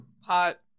hot